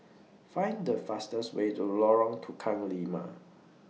Find The fastest Way to Lorong Tukang Lima